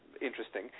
interesting